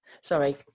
Sorry